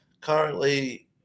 Currently